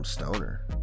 stoner